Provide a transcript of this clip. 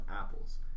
apples